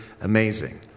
Amazing